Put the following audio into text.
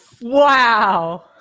wow